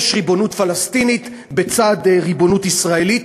יש ריבונות פלסטינית לצד ריבונות ישראלית,